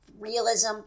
Realism